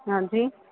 हांजी